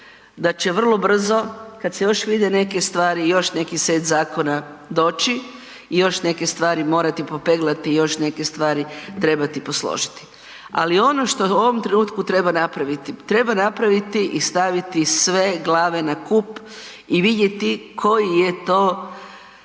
da će vrlo brzo kad se vide još neke stvari još neki set zakona doći i još neke stvari morati popeglati i još neke stvari trebati posložiti. Ali ono što u ovom trenutku treba napraviti, treba napraviti i staviti sve glave na kup i vidjeti koji je to